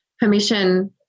permission